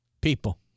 people